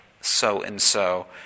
so-and-so